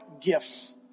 gifts